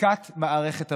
ספיקת מערכת הבריאות.